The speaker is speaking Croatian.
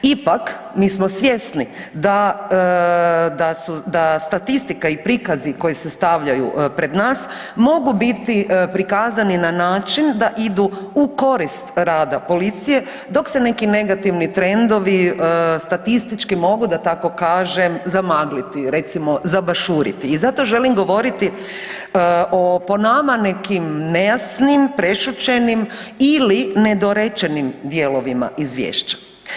Ipak, mi smo svjesni da statistika i prikazi koji se stavljaju pred nas, mogu biti prikazani na način da idu u korist rada policije dok se negativni trendovi statistički mogu da tako kažem, zamagliti, recimo, zabaršuriti i zato želim govoriti o po nama nekim nejasnim, prešućenim ili nedorečenim dijelovima izvješća.